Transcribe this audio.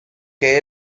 que